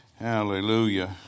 Hallelujah